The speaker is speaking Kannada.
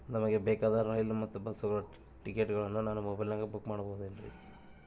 ನಮಗೆ ಬೇಕಾದ ರೈಲು ಮತ್ತ ಬಸ್ಸುಗಳ ಟಿಕೆಟುಗಳನ್ನ ನಾನು ಮೊಬೈಲಿನಾಗ ಬುಕ್ ಮಾಡಬಹುದೇನ್ರಿ?